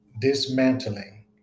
dismantling